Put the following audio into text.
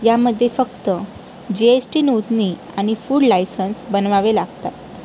यामध्ये फक्त GST नोंदणी आणि फूड लायसन्स बनवावे लागतात